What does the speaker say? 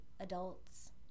adults